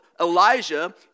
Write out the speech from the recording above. Elijah